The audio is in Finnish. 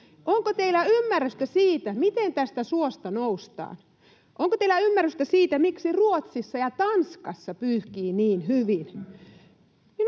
Onko teillä ymmärrystä siitä, miten tästä suosta noustaan? Onko teillä ymmärrystä siitä, miksi Ruotsissa ja Tanskassa pyyhkii niin hyvin?